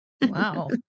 Wow